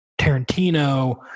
tarantino